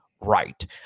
right